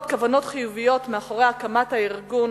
כוונות חיוביות מאחורי הקמת הארגון,